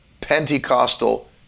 Pentecostal